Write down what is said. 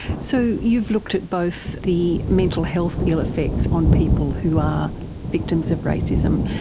so you've looked at both the mental health ill effects on people who are victims of racism,